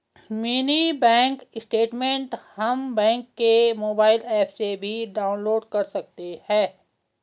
mini bank statement हम bank के mobile app से भी डाउनलोड कर सकते है